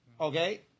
Okay